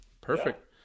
Perfect